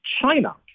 China